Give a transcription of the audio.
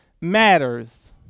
matters